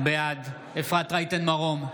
בעד אפרת רייטן מרום,